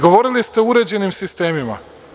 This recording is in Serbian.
Govorili ste o uređenim sistemima.